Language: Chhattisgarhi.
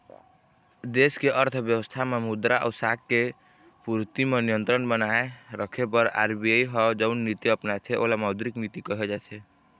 देस के अर्थबेवस्था म मुद्रा अउ साख के पूरति म नियंत्रन बनाए रखे बर आर.बी.आई ह जउन नीति अपनाथे ओला मौद्रिक नीति कहे जाथे